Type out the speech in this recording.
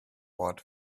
fought